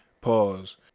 Pause